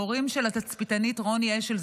ההורים של התצפיתנית רוני אשל,